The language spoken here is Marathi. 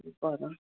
बरं